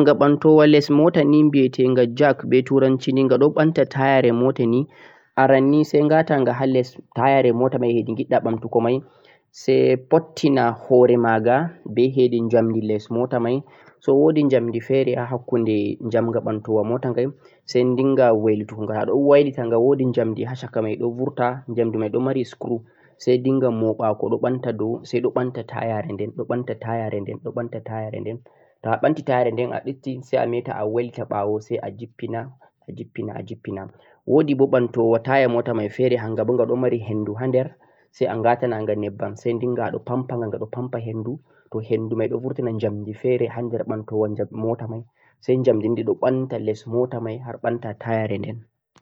jack gham doo don leddi motani be tingai jack be turanci ghadon mbaanta tayare mota ni aran ni sai ghaa tangha haa less tayare mota mei gidda mbantugo mei sai fottina hoore magha be heden jamdi less mota mei sai woodi jamdi fere a hakkunde jamgha bandu motawan gha sai dingha wailatu adon wailu tangha woodi jamdi haa caka mei don burta jamdi mei don mari screw sia dingha mooba mbanta doo sai mbanta tayare mei don mbanta tayare der toh a mbanta tayare den a mbitti sai a wolte baawo sai a jippina a jippina woodi moo banduu taya mei fere hanga gha don mari hindu hander sai a ghattina sai dingha ghadon panpo hinduu gahdon burtina jamdu fere hander banduwa baawo mota mei sai jamdi dhum mbanta mei har mbanta tayare mei